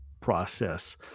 process